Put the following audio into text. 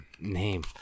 name